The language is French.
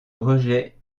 rejet